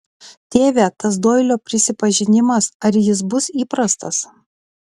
tėve tas doilio prisipažinimas ar jis bus įprastas